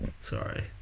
Sorry